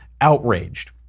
outraged